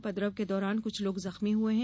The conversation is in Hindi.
उपद्रव के दौरान कृछ लोग जख्मी हए हैं